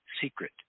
secret